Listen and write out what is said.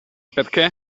perché